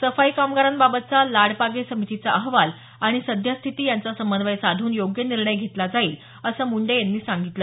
सफाई कामगारांबाबतचा लाड पागे समितीचा अहवाल आणि सद्यस्थिती यांचा समन्वय साधून योग्य निर्णय घेतला जाईल असं मुंडे यांनी सांगितलं